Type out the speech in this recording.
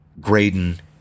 Graydon